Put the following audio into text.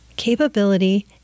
capability